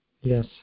yes